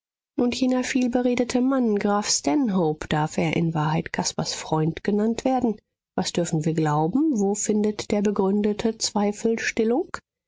und jener vielberedete mann graf stanhope darf er in wahrheit caspars freund genannt werden was dürfen wir glauben wo findet der begründete